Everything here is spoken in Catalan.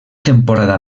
temporada